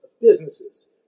businesses